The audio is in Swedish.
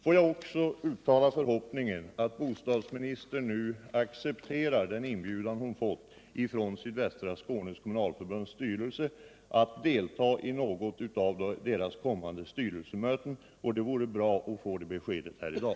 Får jag också uttala förhoppningen att bostadsministern nu accepterar den inbjudan hon fått från Sydvästra Skånes kommunalförbunds styrelse att delta i något av deras kommande styrelsemöten, och det vore bra att få det beskedet här i dag.